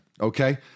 okay